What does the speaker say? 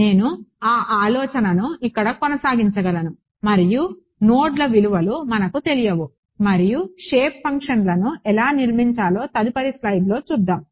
నేను ఆ ఆలోచనను ఇక్కడ కొనసాగించగలను మరియు నోడ్ల విలువలు మనకు తెలియవు మరియు షేప్ ఫంక్షన్లను ఎలా నిర్మించాలో తదుపరి స్లైడ్లో చూద్దాం